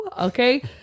Okay